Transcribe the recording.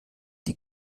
die